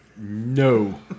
No